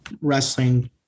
wrestling